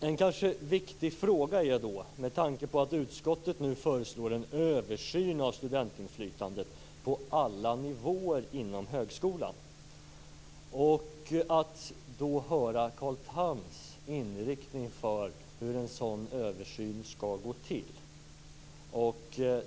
En viktig fråga, med tanke på att utskottet nu föreslår en översyn av studentinflytandet på alla nivåer inom högskolan, handlar om vilken inriktning Carl Tham anser att en sådan översyn skall ha.